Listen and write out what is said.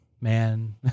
man